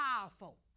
powerful